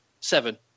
Seven